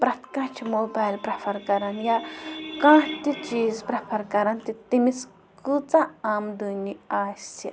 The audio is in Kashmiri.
پرٛٮ۪تھ کانٛہہ چھِ موبایِل پرٛٮ۪فَر کَران یا کانٛہہ تہِ چیٖز پرٛٮ۪فَر کَران تہِ تٔمِس کۭژاہ آمدٲنی آسہِ